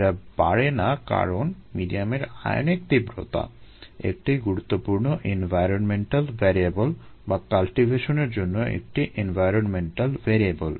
এরা বাড়ে না কারণ মিডিয়ামের আয়নিক তীব্রতা একটি গুরুত্বপূর্ণ এনভায়রনমেন্টাল ভ্যারিয়েবল বা কাল্টিভেশনের জন্য একটি এনভায়রনমেন্টাল ভ্যারিয়েবল